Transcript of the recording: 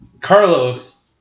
Carlos